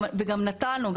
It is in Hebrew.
וגם נתנו,